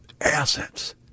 assets